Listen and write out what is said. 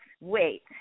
wait